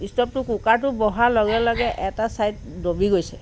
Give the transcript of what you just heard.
ইষ্ট'ভটো কুকাৰটো বহোৱাৰ লগে লগে এটা ছাইড দবি গৈছে